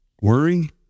worry